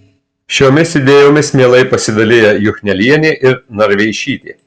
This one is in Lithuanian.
šiomis idėjomis mielai pasidalija juchnelienė ir narveišytė